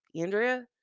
Andrea